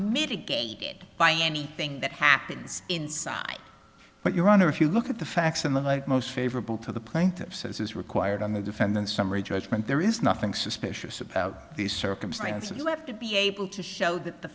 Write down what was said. mitigated by anything that happens inside but your honor if you look at the facts in the most favorable to the plaintiffs as is required on the defendant's summary judgment there is nothing suspicious about these circumstances you have to be able to show that the